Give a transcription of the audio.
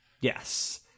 Yes